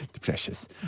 precious